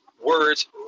words